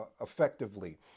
effectively